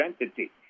entity